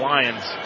Lions